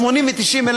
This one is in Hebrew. שנות 80 ו-90,